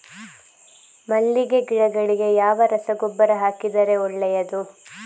ಮಲ್ಲಿಗೆ ಗಿಡಗಳಿಗೆ ಯಾವ ರಸಗೊಬ್ಬರ ಹಾಕಿದರೆ ಒಳ್ಳೆಯದು?